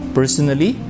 personally